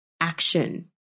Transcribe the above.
action